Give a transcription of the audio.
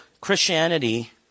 Christianity